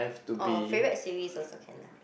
or favorite series also can ah